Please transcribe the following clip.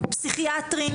פסיכיאטרים,